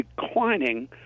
declining